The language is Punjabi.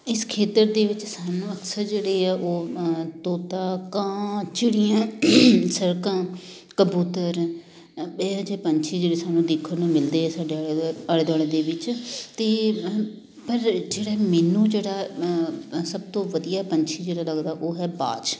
ਇਸ ਖੇਤਰ ਦੇ ਵਿੱਚ ਸਾਨੂੰ ਅਕਸਰ ਜਿਹੜੇ ਆ ਉਹ ਤੋਤਾ ਕਾਂ ਚਿੜੀਆਂ ਸਰਕਾਂ ਕਬੂਤਰ ਇਹੋ ਜਿਹੇ ਪੰਛੀ ਜਿਹੜੇ ਸਾਨੂੰ ਦੇਖਣ ਨੂੰ ਮਿਲਦੇ ਆ ਸਾਡੇ ਆਲੇ ਦੁਆਲੇ ਆਲੇ ਦੁਆਲੇ ਦੇ ਵਿੱਚ ਅਤੇ ਪਰ ਜਿਹੜੇ ਮੈਨੂੰ ਜਿਹੜਾ ਸਭ ਤੋਂ ਵਧੀਆ ਪੰਛੀ ਜਿਹੜਾ ਲੱਗਦਾ ਉਹ ਹੈ ਬਾਜ